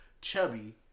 chubby